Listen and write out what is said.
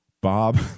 Bob